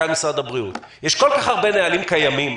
משרד הבריאות יש כל כך הרבה נהלים קיימים,